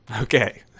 Okay